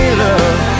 love